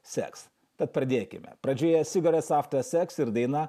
sex tad pradėkime pradžioje cigarettes after sex ir daina